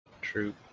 True